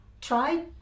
try